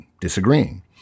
disagreeing